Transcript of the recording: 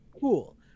Cool